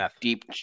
deep